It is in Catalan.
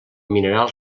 mineral